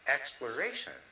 exploration